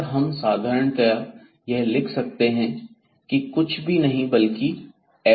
और हम साधारणतया यह लिख सकते हैं की कुछ भी नहीं बल्कि fxΔx है